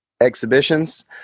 exhibitions